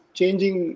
changing